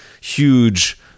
huge